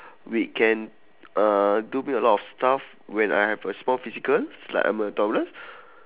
we can uh do a bit a lot of stuff when I have a small physical it's like I'm a toddler